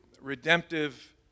redemptive